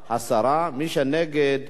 מי שנגד, ועדה.